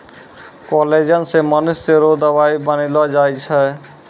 collagen से मनुष्य रो दवाई बनैलो जाय छै